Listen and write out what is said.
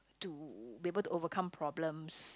to be able to overcome problems